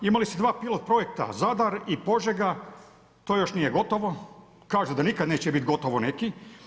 Imali ste dva pilot projekta Zadar i Požega to još nije gotovo, kažu da nikada neće biti gotovo neki.